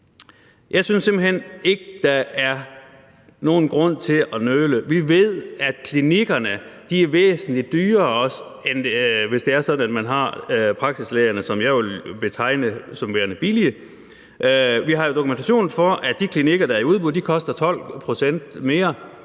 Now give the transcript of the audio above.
Jeg synes simpelt hen ikke, der er nogen grund til at nøle. Vi ved, at klinikkerne er væsentlig dyrere, end hvis det er sådan, at man har praksislæger, som jeg vil betegne som værende billige. Vi har jo dokumentation for, at de klinikker, der er i udbud, koster 12 pct. mere,